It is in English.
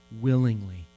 willingly